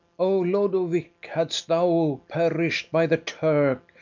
o lodowick, hadst thou perish'd by the turk,